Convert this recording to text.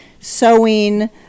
sewing